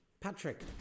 patrick